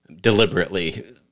deliberately